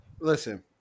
Listen